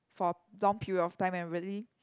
for long period of time and really